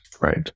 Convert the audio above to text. right